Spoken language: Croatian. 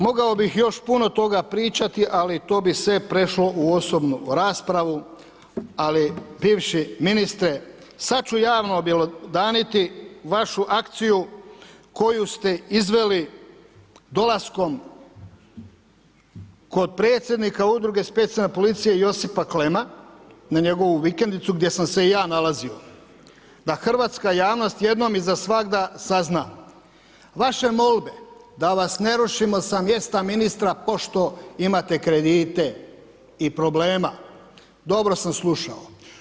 Mogao bih još puno toga pričati ali to bi sve prešlo u osobnu raspravu, ali bivši ministre, sad ću javno objelodaniti vašu akciju koju ste izveli dolaskom kod predsjednika Udruge specijalne policije Josipa Klemma, na njegovu vikendicu gdje sam se i ja nalazio, da hrvatska javnost jednom i za svagda sazna vaše molbe da vas ne rušimo sa mjesta ministra pošto imate kredite i problema, dobro sam slušao.